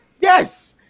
yes